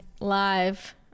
live